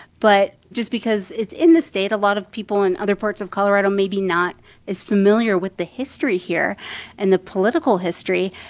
but just because it's in the state, a lot of people in other parts of colorado may be not as familiar with the history here and the political history.